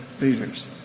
leaders